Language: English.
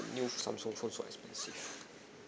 new Samsung phone so expensive